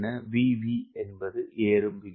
Vv என்பது ஏறும் வீதம்